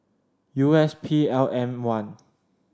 U S P L M One